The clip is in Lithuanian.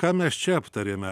ką mes čia aptarėme